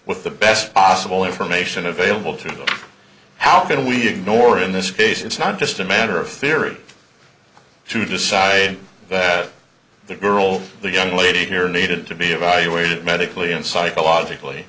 with the best possible information available to them how can we ignore in this case it's not just a matter of theory to decide that the girl the young lady here needed to be evaluated medically and psychologically